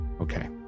Okay